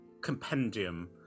compendium